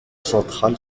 central